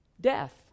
Death